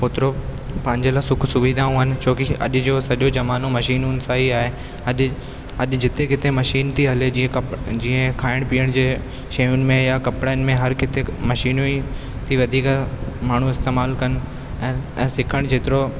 ओतिरो पंहिंजे लाइ सुख सुविधाऊं आहिनि छोकी अॼ जो सॼो ज़मानो मशीनुनि सां ई आहे अॼु अॼु जिते किथे मशीन थी हले जीअं कप जीअं खाइण पीअण जे शयुनि में या कपिड़नि में हर किथे मशीनूं ई थी वधीक माण्हू इस्तेमालु कनि ऐं ऐं सिखणु जेतिरो